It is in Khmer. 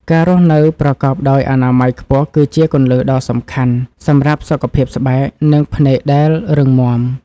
ការរស់នៅប្រកបដោយអនាម័យខ្ពស់គឺជាគន្លឹះដ៏សំខាន់សម្រាប់សុខភាពស្បែក និងភ្នែកដែលរឹងមាំ។